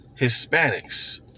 Hispanics